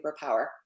superpower